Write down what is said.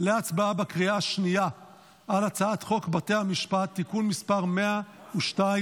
להצבעה בקריאה השנייה על הצעת חוק בתי המשפט (תיקון מס' 102),